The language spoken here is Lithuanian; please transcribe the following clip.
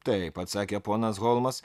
taip atsakė ponas holmas